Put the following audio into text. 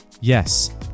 Yes